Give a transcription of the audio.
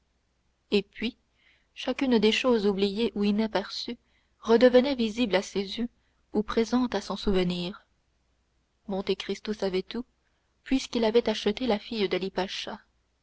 et puis chacune des choses oubliées ou inaperçues redevenait visible à ses yeux ou présente à son souvenir monte cristo savait tout puisqu'il avait acheté la fille d'ali-pacha